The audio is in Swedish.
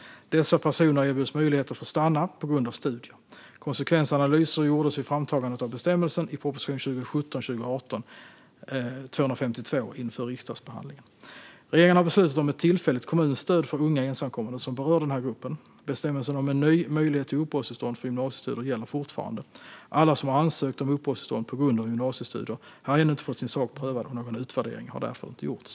Dessa personer erbjuds möjlighet att få stanna på grund av studier. Konsekvensanalyser gjordes vid framtagandet av bestämmelsen i proposition 2017/18:252 inför riksdagsbehandlingen. Regeringen har beslutat om ett tillfälligt kommunstöd för unga ensamkommande, som berör denna grupp. Bestämmelsen om en ny möjlighet till uppehållstillstånd för gymnasiestudier gäller fortfarande. Alla som har ansökt om uppehållstillstånd på grund av gymnasiestudier har ännu inte fått sin sak prövad, och någon utvärdering har därför inte gjorts.